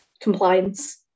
compliance